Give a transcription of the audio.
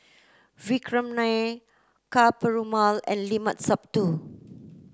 Vikram Nair Ka Perumal and Limat Sabtu